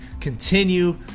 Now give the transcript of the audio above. Continue